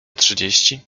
trzydzieści